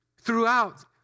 throughout